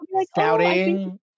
Scouting